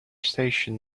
station